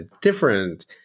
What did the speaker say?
different